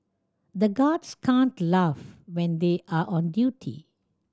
the guards can't laugh when they are on duty